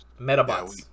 Metabots